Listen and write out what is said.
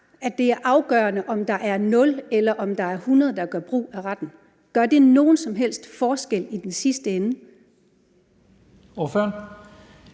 det er afgørende, om der er 0 eller 100, der gør brug af retten? Gør det nogen som helst forskel i den sidste ende? Kl.